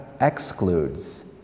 excludes